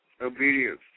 obedience